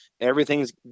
everything's